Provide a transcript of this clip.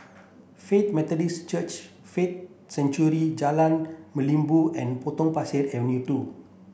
Faith Methodist Church Faith Sanctuary Jalan Merlimau and Potong Pasir Avenue two